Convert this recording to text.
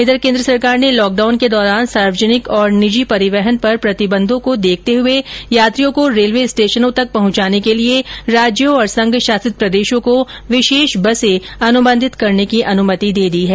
इधर केन्द्र सरकार ने लॉकडाउन के दौरान सार्वजनिक और निजी परिवहन पर प्रतिबंधों को देखते हुए यात्रियों को रेलवे स्टेशनों तक पहुंचाने के लिए राज्यों और संघ शासित प्रदेशों को विशेष बसें अनुबंधित करने की अनुमति दे दी है